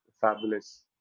fabulous